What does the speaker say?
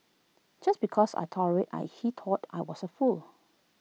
just because I tolerated I he thought I was A fool